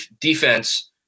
defense